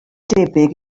debyg